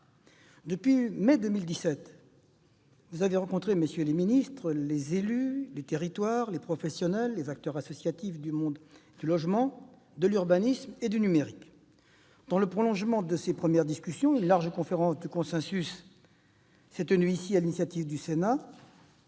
depuis mai 2017, vous avez rencontré les élus des territoires, les professionnels, les acteurs associatifs du monde du logement, de l'urbanisme et du numérique. Dans le prolongement de ces premières discussions, une large conférence de consensus s'est tenue ici, sur l'initiative du Sénat